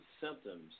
symptoms